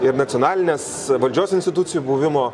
ir nacionalinės valdžios institucijų buvimo